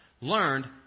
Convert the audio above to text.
learned